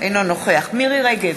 אינו נוכח מירי רגב,